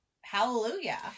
Hallelujah